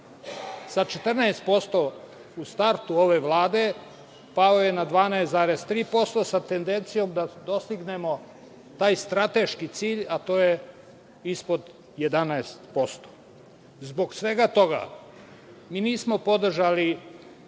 sa 14% u startu ove Vlade pao je na 12,3%, sa tendencijom da dostignemo taj strateški cilj, a to je ispod 11%.Zbog svega toga, mi nismo podržali